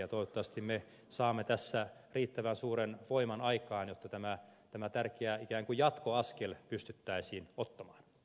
toivottavasti me saamme tässä riittävän suuren voiman aikaan jotta tämä tärkeä ikään kuin jatkoaskel pystyttäisiin ottamaan